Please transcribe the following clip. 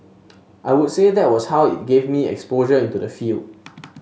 I would say that was how it gave me exposure into the field